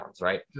Right